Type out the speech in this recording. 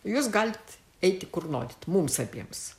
jūs galit eiti kur norit mums abiems